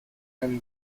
can